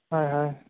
হয় হয়